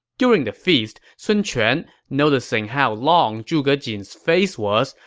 during the feast, sun quan, noticing how long zhuge jin's face was,